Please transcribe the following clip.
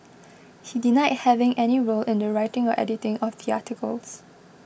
he denied having any role in the writing or editing of the articles